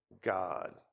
God